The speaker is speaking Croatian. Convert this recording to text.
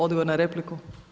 Odgovor na repliku.